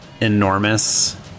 enormous